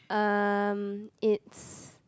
um it's